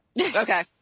Okay